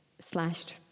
slashed